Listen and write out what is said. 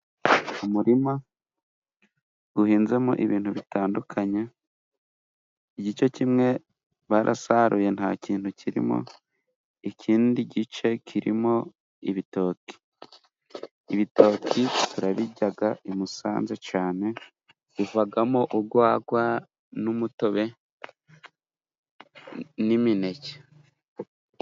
Umurima guhinzemo ibintu bitandukanye: igice kimwe barasaruye nta kintu kirimo, ikindi gice kirimo ibitoki. Ibitoki turabijyaga i Musanze cyane, uvagamo ugwagwa n'umutobe n'imineke.